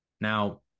Now